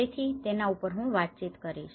તેથી તેના ઉપર હું વાતચીત કરીશ